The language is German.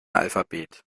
alphabet